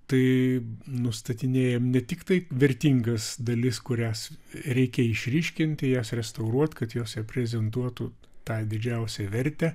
tai nustatinėjam ne tiktai vertingas dalis kurias reikia išryškinti jas restauruot kad jos reprezentuotų tą didžiausią vertę